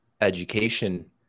education